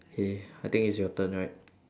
K I think it's your turn right